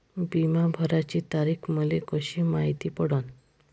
बिमा भराची तारीख मले कशी मायती पडन?